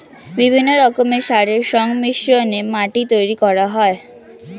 বিভিন্ন রকমের সারের সংমিশ্রণে মাটি তৈরি করা হয়